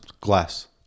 glass